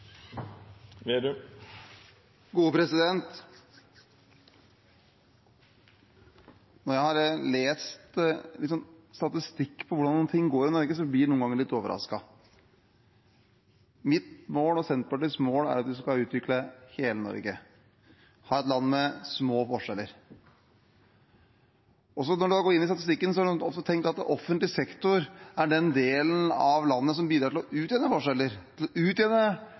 Når jeg leser statistikk om hvordan det går i Norge, blir jeg noen ganger litt overrasket. Mitt og Senterpartiets mål er at vi skal utvikle hele Norge og ha et land med små forskjeller. Når jeg har gått inn for å se på statistikken, har jeg tenkt at offentlig sektor er den delen av landet som bidrar til å utjevne forskjeller – utjevne